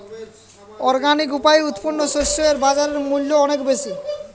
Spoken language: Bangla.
অর্গানিক উপায়ে উৎপন্ন শস্য এর বাজারজাত মূল্য অনেক বেশি